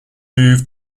moved